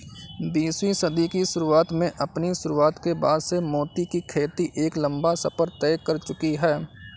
बीसवीं सदी की शुरुआत में अपनी शुरुआत के बाद से मोती की खेती एक लंबा सफर तय कर चुकी है